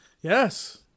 Yes